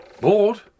Bored